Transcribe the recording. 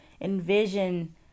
envision